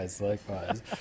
likewise